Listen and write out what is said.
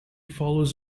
follows